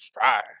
try